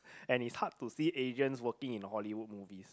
and is hard to see agent working in Hollywood movies